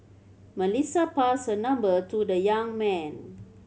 Melissa passed her number to the young man